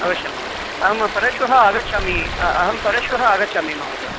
अवश्यं महोदय अहं परश्वः आगच्छामि अहं परश्वः आगच्छामि महोदय